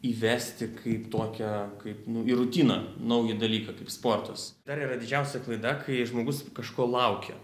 įvesti kaip tokią kaip nu į rutiną naują dalyką kaip sportas dar yra didžiausia klaida kai žmogus kažko laukia